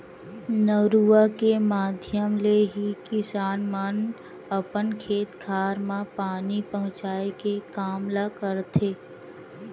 नरूवा के माधियम ले ही किसान मन अपन खेत खार म पानी पहुँचाय के काम ल करथे